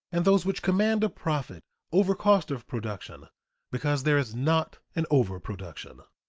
and those which command a profit over cost of production because there is not an overproduction.